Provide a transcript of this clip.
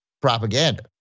propaganda